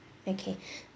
okay